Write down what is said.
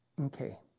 Okay